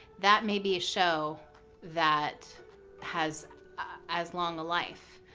that may be a show that has as long a life.